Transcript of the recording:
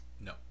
No